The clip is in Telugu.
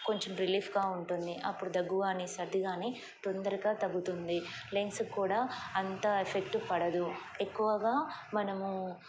కొంచెం రిలీఫ్గా ఉంటుంది అప్పుడు దగ్గు గాని సర్దిగాని తొందరగా తగ్గుతుంది లెంగ్స్ కు కూడా అంత ఎఫెక్ట్ పడదు ఎక్కువగా మనము